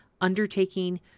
undertaking